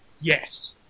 yes